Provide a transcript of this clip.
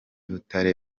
butare